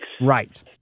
Right